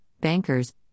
bankers